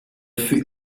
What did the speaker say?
fut